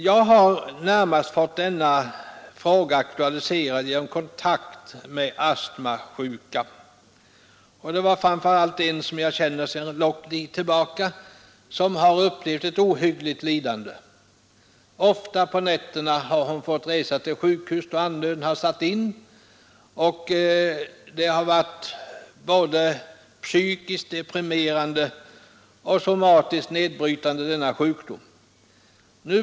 Jag har närmast fått denna fråga aktualiserad genom kontakt med astmasjuka, framför allt med en person som jag känner sedan lång tid tillbaka och som har upplevt ett ohyggligt lidande. Ofta har hon på nätterna fått resa till sjukhus, då andnöden satt in. Denna sjukdom har varit både psykologiskt deprimerande och somatiskt nedbrytande för henne.